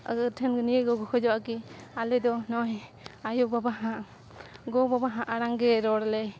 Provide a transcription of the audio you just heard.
ᱟᱫᱚ ᱱᱤᱭᱟᱹ ᱠᱚᱜᱮ ᱵᱚᱱ ᱠᱷᱚᱡᱚᱜᱼᱟ ᱠᱤ ᱟᱞᱮ ᱫᱚ ᱱᱚᱜᱼᱚᱭ ᱟᱹᱭᱩ ᱵᱟᱵᱟ ᱦᱟᱸᱜ ᱜᱚᱼᱵᱟᱵᱟ ᱦᱟᱜ ᱟᱲᱟᱝ ᱜᱮ ᱨᱚᱲ ᱞᱮ